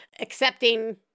accepting